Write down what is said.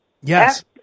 Yes